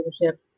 leadership